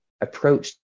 approach